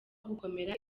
gukomera